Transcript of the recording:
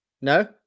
No